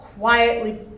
Quietly